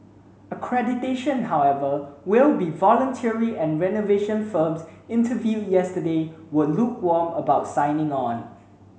accreditation however will be voluntary and renovation firms interviewed yesterday were lukewarm about signing on